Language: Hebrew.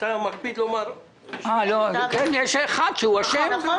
הוחלט מה שהוחלט, אנחנו כבר אחרי.